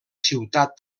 ciutat